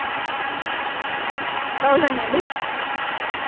థౌజండా అండి